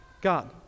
God